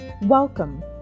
welcome